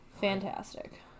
fantastic